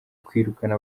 kwirukana